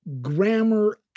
grammar